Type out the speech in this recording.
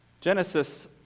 Genesis